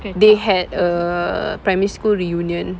they had a primary school reunion